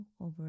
over